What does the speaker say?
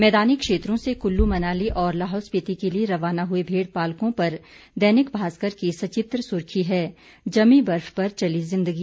मैदानी क्षेत्रों से कुल्लू मनाली और लाहौल स्पिति के लिये रवाना हुए भेड़ पालकों पर दैनिक भास्कर की सचित्र सुर्खी है जमी बर्फ पर चली जिन्दगी